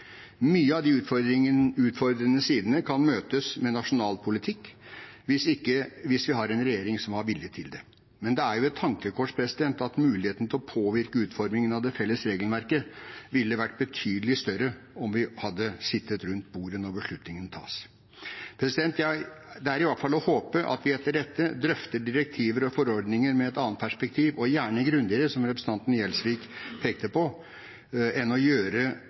av de utfordrende sidene kan møtes med nasjonal politikk hvis vi har en regjering som har vilje til det. Men det er et tankekors at mulighetene for å påvirke utformingen av det felles regelverket ville vært betydelig større om vi hadde sittet rundt bordet når beslutningene tas. Det er i hvert fall å håpe at vi etter dette drøfter direktiver og forordninger med et annet perspektiv – gjerne grundigere, som representanten Gjelsvik pekte på – enn ved å gjøre